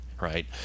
right